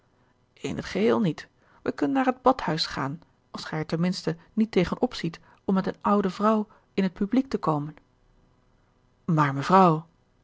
in t geheel niet wij kunnen naar het badhuis gaan als gij er ten minste niet tegen opziet om met een oude vrouw in het publiek te komen maar mevrouw